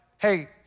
Hey